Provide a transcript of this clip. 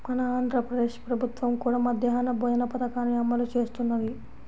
మన ఆంధ్ర ప్రదేశ్ ప్రభుత్వం కూడా మధ్యాహ్న భోజన పథకాన్ని అమలు చేస్తున్నది